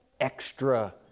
extra